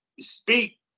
speak